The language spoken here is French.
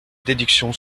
déduction